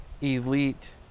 elite